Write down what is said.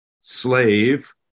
slave